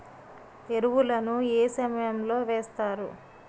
ఎరువుల ను ఏ సమయం లో వేస్తారు?